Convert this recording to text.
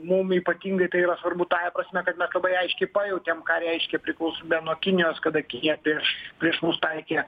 mum ypatingai tai yra svarbu tąja prasme kad mes labai aiškiai pajautėm ką reiškia priklausomybė nuo kinijos kada kinija prieš prieš mus taikė